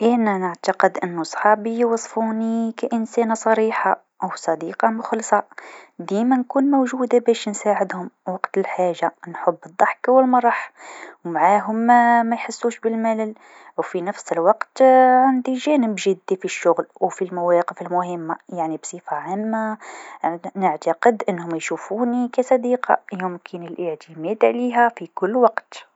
أنا نعتقد أنو صحابي يوصفوني كإنسانه صريحه و صديقه مخلصه، ديما نكون موجوده باش نساعدهم وقت الحاجه، نحب الضحك و المرح و معاهم ميحسوش بالملل، و في نفس الوقت عندي جانب جدي في الشغل و في المواقف المهمه يعني بصفه عامه نعتقد أنهم يشوفوني كصديقه يمكن الإعتماد عليها في كل وقت.